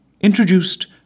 Introduced